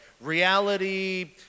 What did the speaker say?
reality